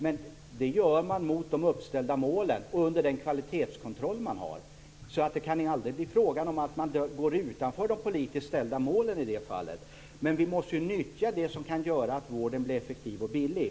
Men det gör man mot de uppställda målen och under den kvalitetskontroll man har. Det kan aldrig bli fråga om att man går utanför de politiskt ställda målen i det fallet. Men vi måste nyttja det som kan göra att vården blir effektiv och billig.